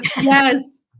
Yes